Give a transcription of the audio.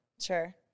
Sure